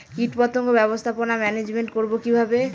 কীটপতঙ্গ ব্যবস্থাপনা ম্যানেজমেন্ট করব কিভাবে?